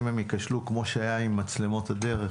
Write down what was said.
אם הן ייכשלו כמו שהיה עם מצלמות הדרך,